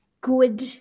good